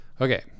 Okay